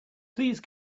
please